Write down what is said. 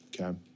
Okay